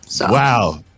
Wow